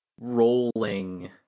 rolling